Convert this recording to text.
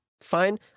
Fine